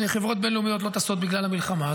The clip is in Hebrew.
חברות בין-לאומיות לא טסות בגלל המלחמה.